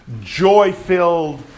joy-filled